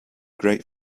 great